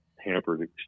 hampered